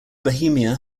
bohemia